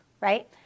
right